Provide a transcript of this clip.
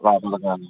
లోపలకా